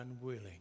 unwilling